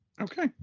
okay